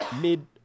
mid